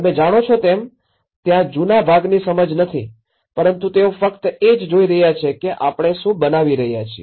તમે જાણો છો તેમ ત્યાં જૂના ભાગની સમજ નથી પરંતુ તેઓ ફક્ત એ જ જોઈ રહ્યા છે કે આપણે શું બનાવી રહ્યા છીએ